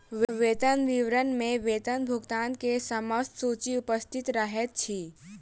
वेतन विवरण में वेतन भुगतान के समस्त सूचि उपस्थित रहैत अछि